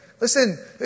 Listen